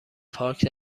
پارک